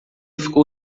ficou